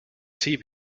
see